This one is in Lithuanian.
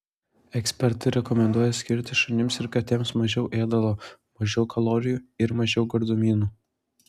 ekspertai rekomenduoja skirti šunims ir katėms mažiau ėdalo mažiau kalorijų ir mažiau gardumynų